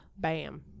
bam